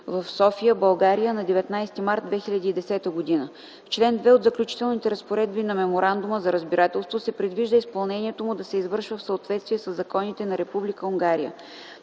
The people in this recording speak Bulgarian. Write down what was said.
в София, България, на 19 март 2010 г. В чл. 2 от Заключителните разпоредби на Меморандума за разбирателство се предвижда изпълнението му да се извършва в съответствие със законите на Република Унгария.